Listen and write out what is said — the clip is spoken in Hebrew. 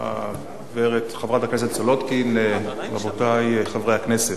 חברת הכנסת סולודקין, רבותי חברי הכנסת,